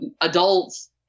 adults